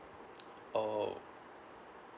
oh